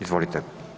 Izvolite.